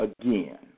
again